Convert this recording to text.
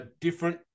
different